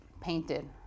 painted